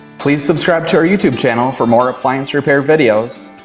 please subscribe to our youtube channel for more appliance repair videos,